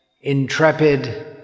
intrepid